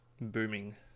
Booming